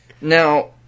Now